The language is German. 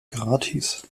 gratis